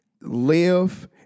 live